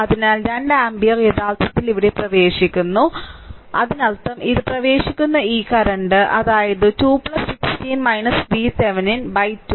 അതിനാൽ 2 ആമ്പിയർ യഥാർത്ഥത്തിൽ ഇവിടെ പ്രവേശിക്കുന്നു അത് ഇവിടെ പ്രവേശിക്കുന്നു അതിനർത്ഥം ഇത് പ്രവേശിക്കുന്ന ഈ കറന്റ് അതായത് 2 16 VThevenin 2 VThevenin 6